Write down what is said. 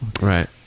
Right